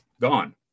gone